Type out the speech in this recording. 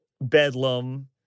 Bedlam